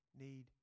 need